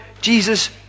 Jesus